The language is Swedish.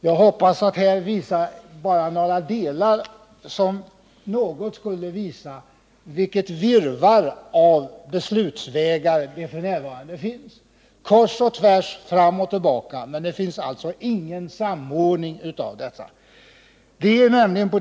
På bildskärmen visar jag nu något av det virrvarr av beslutsvägar som f. n. finns — kors och tvärs, fram och tillbaka. Men det finns alltså ingen samordning av dessa beslutsvägar.